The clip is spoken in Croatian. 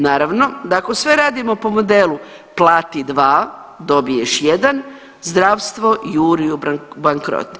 Naravno da ako sve radimo po modelu plati dva, dobiješ jedan zdravstvo juri u bankrot.